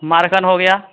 मारकन हो गया